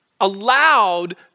allowed